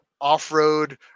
off-road